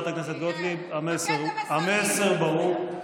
חברת הכנסת גוטליב, המסר ברור.